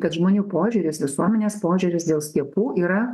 kad žmonių požiūris visuomenės požiūris dėl skiepų yra